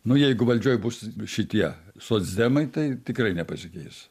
nu jeigu valdžioj bus šitie socdemai tai tikrai nepasikeis